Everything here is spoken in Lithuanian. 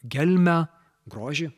gelmę grožį